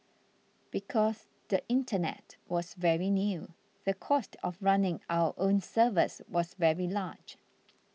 because the internet was very new the cost of running our own servers was very large